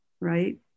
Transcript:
right